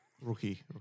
Rookie